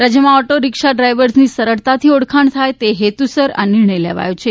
રાજ્યમાં auto rickshaw ડ્રાઈવર્સની સરળતાથી ઓળખાણ થાય તે હેતુસર નિર્ણય લેવાયો છે